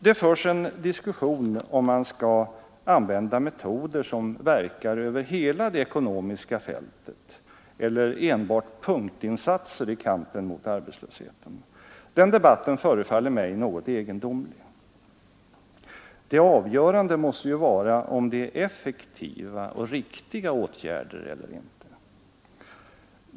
Det förs en diskussion om man skall använda metoder som verkar över hela det ekonomiska fältet eller enbart punktinsatser i kampen mot arbetslösheten. Den debatten förefaller mig något egendomlig. Det avgörande måste ju vara om det är effektiva och riktiga åtgärder eller inte.